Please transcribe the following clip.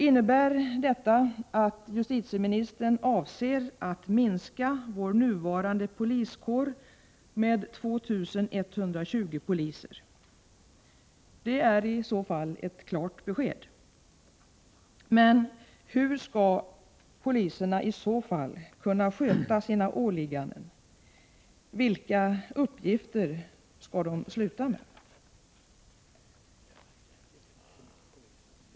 Innebär detta att justitieministern avser att minska vår nuvarande poliskår med 2 120 poliser? Det är i så fall ett klart besked. Hur skall poliserna i så fall kunna sköta sina åligganden? Vilka uppgifter skall de sluta med?